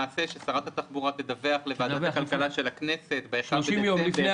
ששר התחבורה ידווח לוועדת הכלכלה של הכנסת ב-1 בדצמבר